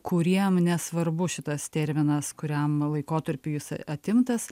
kuriem nesvarbu šitas terminas kuriam laikotarpiui jis atimtas